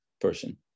person